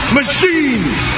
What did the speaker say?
machines